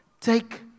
Take